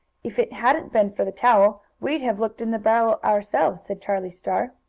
if it hadn't been for the towel we'd have looked in the barrel ourselves, said charlie star.